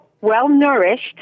well-nourished